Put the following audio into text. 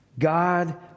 God